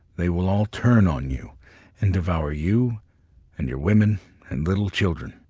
they will all turn on you and devour you and your women and little ch ildren.